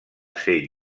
ser